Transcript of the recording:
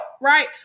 right